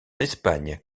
espagne